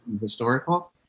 Historical